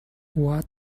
what